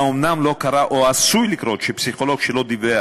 האומנם לא קרה או עשוי לקרות שפסיכולוג לא דיווח